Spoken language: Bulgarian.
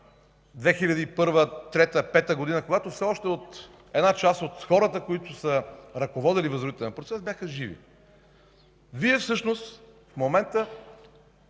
2003 г., 2005 г., когато все още една част от хората, които са ръководили Възродителния процес, бяха живи. Вие всъщност в момента